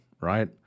right